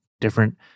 different